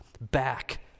back